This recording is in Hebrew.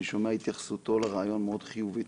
אני שומע שהתייחסותו לרעיון מאוד חיובית.